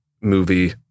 movie